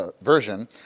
Version